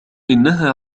إنها